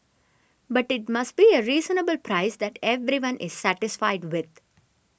but it must be a reasonable price that everyone is satisfied with